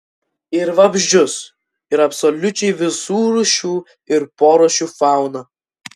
ir vabzdžius ir absoliučiai visų rūšių ir porūšių fauną